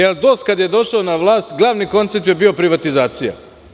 Da li DOS kada je došao na vlast, njegov glavni koncept je bio privatizacija.